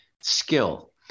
skill